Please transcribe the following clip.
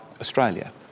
Australia